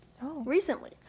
recently